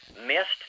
missed